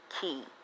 key